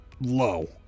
low